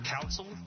council